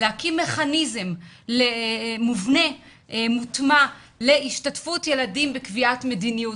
להקים מכניזם מובנה מוטמע להשתתפות ילדים בקביעת מדיניות,